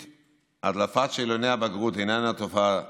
הדלפת שאלוני הבגרות אינה תופעה נפוצה.